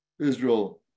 Israel